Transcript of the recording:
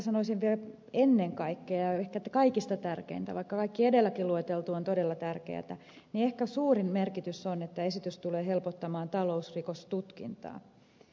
sanoisin ennen kaikkea ja ehkä kaikista tärkeimpänä vaikka kaikki edelläkin lueteltu on todella tärkeätä että ehkä suurin merkitys on se että esityksellä tullaan helpottamaan talousrikostutkintaa